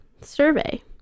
Survey